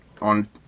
on